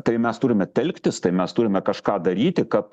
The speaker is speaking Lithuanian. tai mes turime telktis tai mes turime kažką daryti kad